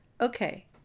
Okay